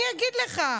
אני אגיד לך.